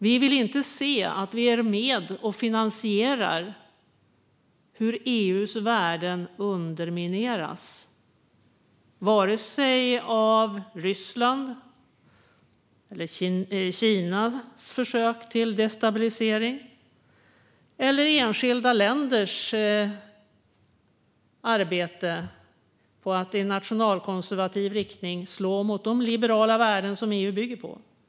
Vi vill inte se att vi är med och finansierar att EU:s värden undermineras, vare sig av Rysslands eller Kinas försök till destabilisering eller av enskilda länders arbete för att i nationalkonservativ riktning slå mot de liberala värden som EU bygger på.